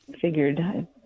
figured